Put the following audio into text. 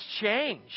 change